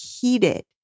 heated